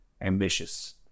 ambitious